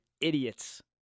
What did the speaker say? idiots